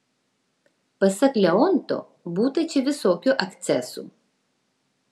pasak leonto būta čia visokių akcesų